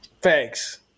Thanks